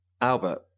Albert